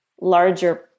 larger